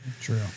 True